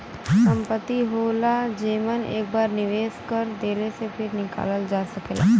संपत्ति होला जेमन एक बार निवेस कर देले से फिर निकालल ना जा सकेला